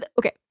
okay